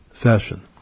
fashion